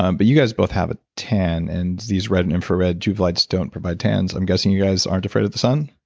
um but you guys both have a tan and these red and infrared joovv lights don't provide tans. i'm guessing you guys aren't afraid of the sun?